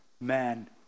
man